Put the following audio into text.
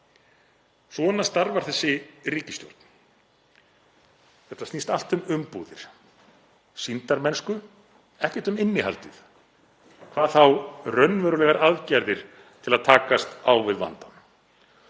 Svona starfar þessi ríkisstjórn. Þetta snýst allt um umbúðir, sýndarmennsku, ekkert um innihaldið, hvað þá raunverulegar aðgerðir til að takast á við vandann.